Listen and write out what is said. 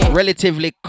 relatively